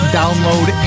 download